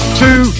two